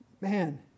Man